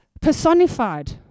personified